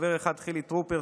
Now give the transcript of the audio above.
חבר אחד: חילי טרופר,